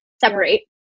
separate